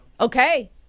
Okay